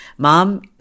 mom